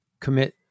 commit